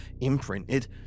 imprinted